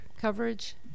coverage